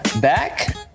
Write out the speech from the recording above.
back